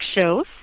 shows